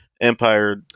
Empire